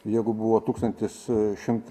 jeigu buvo tūkstantis šimt